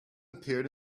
appeared